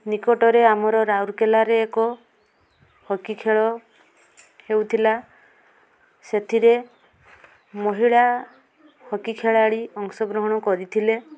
ନିକଟରେ ଆମର ରାଉରକେଲାରେ ଏକ ହକି ଖେଳ ହେଉଥିଲା ସେଥିରେ ମହିଳା ହକି ଖେଳାଳି ଅଂଶଗ୍ରହଣ କରିଥିଲେ